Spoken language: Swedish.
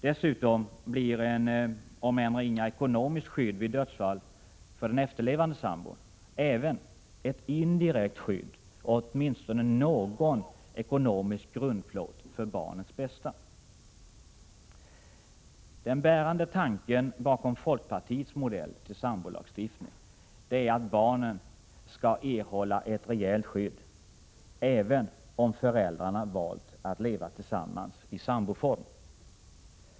Dessutom blir ett — om än ringa — ekonomiskt skydd vid dödsfall för efterlevande sambo även ett indirekt skydd och åtminstone någon ekonomisk grundplåt för barnens bästa. Den bärande tanken bakom folkpartiets modell till sambolagstiftning är att barnen skall erhålla ett rejält skydd, även om föräldrarna valt att leva tillsammans i samboform.